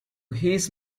his